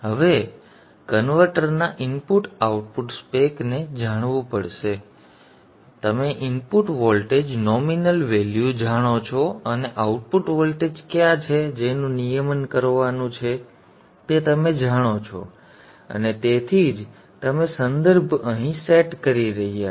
હવે કન્વર્ટરના input output spec ને જાણવું પડશે તમે ઇનપુટ વોલ્ટેજ નોમિનલ વેલ્યુ જાણો છો અને આઉટપુટ વોલ્ટેજ કયા છે જેનું નિયમન કરવાનું છે તે તમે જાણો છો અને તેથી જ તમે સંદર્ભ અહીં સેટ કરી રહ્યા છો